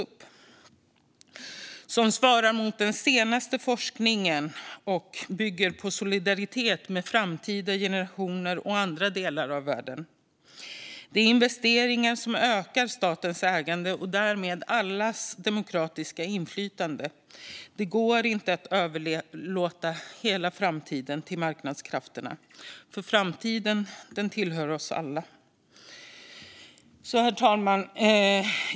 Det ska svara mot den senaste forskningen och bygga på solidaritet med framtida generationer och andra delar av världen. Det är investeringar som ökar statens ägande och därmed allas demokratiska inflytande. Det går inte att överlåta hela framtiden till marknadskrafterna, för framtiden tillhör oss alla. Herr talman!